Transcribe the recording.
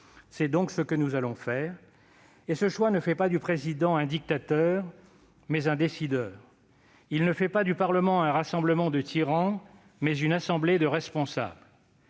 C'est donc ce que nous allons faire, et ce choix ne fait pas du Président de la République un dictateur, mais un décideur. Il ne fait pas du Parlement un rassemblement de tyrans, mais une assemblée de responsables.